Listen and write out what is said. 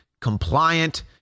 compliant